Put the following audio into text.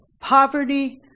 poverty